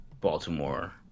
Baltimore